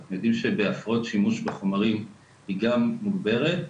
אנחנו יודעים שבהפרעות שימוש בחומרים היא גם מוגברת,